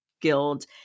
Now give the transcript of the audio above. Guild